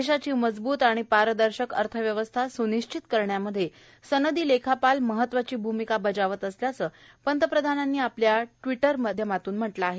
देशाची मजबूत आणि पारदर्शी अर्थव्यवस्था स्निशिचित करण्यामध्ये सनदी लेखापाल महत्वाची भूमिका निभावत असल्याचं पंतप्रधानांनी आपल्या ट्विट संदेशात म्हटल आहे